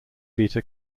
beta